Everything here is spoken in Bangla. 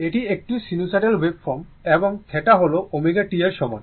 এটি একটি সিনুসয়েডাল ওয়েভফর্ম এবং θ হল ω t এর সমান